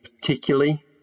particularly